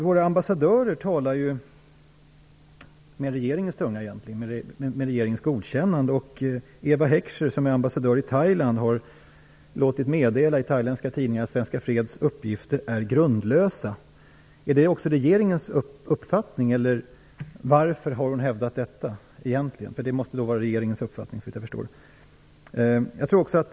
Våra ambassadörer talar egentligen med regeringens tunga - med regeringens godkännande. Eva Heckscher, som är ambassadör i Thailand, har i thailändska tidningar låtit meddela att Svenska freds uppgifter är grundlösa. Är det också regeringens uppfattning? Varför har hon hävdat detta? Det måste vara regeringens uppfattning, såvitt jag förstår.